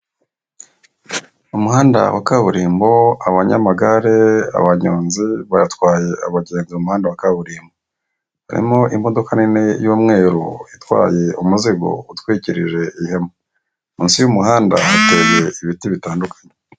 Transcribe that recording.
Umuhanda wa kaburimbo, abanyamagare, abanyonzi batwaye abagenzi mu muhanda wa kaburimbo, harimo imodoka nini y'umweru itwaye umuzigo, utwikirije ihema, mu nsi y'umuhanda hateye ibiti bitandukanye.